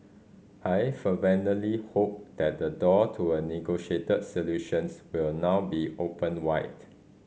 I fervently hope that the door to a negotiated solutions will now be opened wide